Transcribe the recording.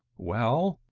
well?